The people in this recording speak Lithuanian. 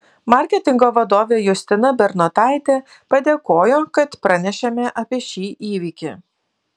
marketingo vadovė justina bernotaitė padėkojo kad pranešėme apie šį įvykį